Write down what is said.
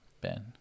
Ben